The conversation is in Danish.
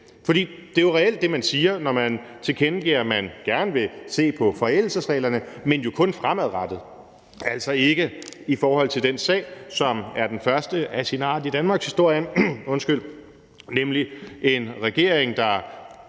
selv. Det er jo reelt det, man siger, når man tilkendegiver, at man gerne vil se på forældelsesreglerne, men kun fremadrettet, altså ikke i forhold til den sag, som er den første af sin art i danmarkshistorien, hvor en regering med